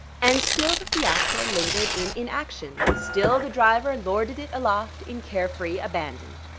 and still the fiacre lingered in inaction, still the driver lorded it aloft, in care-free abandon.